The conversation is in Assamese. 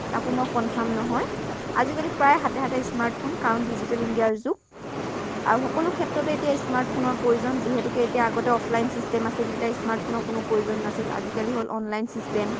তাকো মই কনফাৰ্ম নহয় আজিকালি প্ৰায় হাতে হাতে স্মাৰ্টফোন কাৰণ ডিজিটেল ইণ্ডিয়াৰ যুগ আৰু সকলো ক্ষেত্ৰতে এতিয়া স্মাৰ্টফোনৰ প্ৰয়োজন যিহেতুকে আগতে অফলাইন চিষ্টেম আছিল তেতিয়া স্মাৰ্টফোনৰ কোনো প্ৰয়োজন নাছিল আজিকালি হ'ল অনলাইন চিষ্টেম